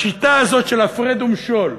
בשיטה הזאת של הפרד ומשול,